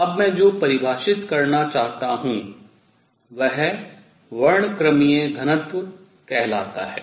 अब मैं जो परिभाषित करना चाहता हूँ वह वर्णक्रमीय घनत्व कहलाता है